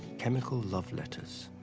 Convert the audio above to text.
chemical love letters,